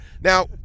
Now